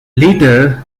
later